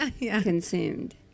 consumed